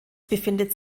befindet